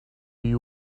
you